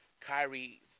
Kyrie